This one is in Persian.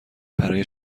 برای